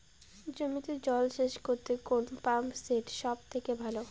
জমিতে জল সেচ করতে কোন পাম্প সেট সব থেকে ভালো?